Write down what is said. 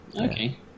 Okay